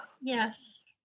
Yes